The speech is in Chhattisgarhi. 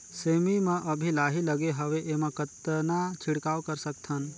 सेमी म अभी लाही लगे हवे एमा कतना छिड़काव कर सकथन?